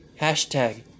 hashtag